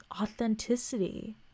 authenticity